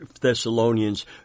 Thessalonians